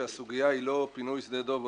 שהסוגיה היא לא פינוי שדה דב,